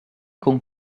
con